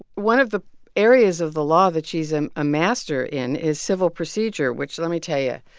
one of the areas of the law that she's ah a master in is civil procedure, which let me tell you,